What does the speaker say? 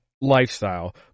lifestyle